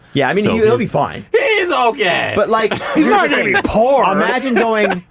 yeah, i mean, he'll be fine. he's okay. but like. he's not going to be poor. imagine going,